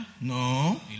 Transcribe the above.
No